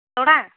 ᱛᱚᱲᱟ